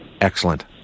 Excellent